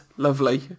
lovely